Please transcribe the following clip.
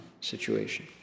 situation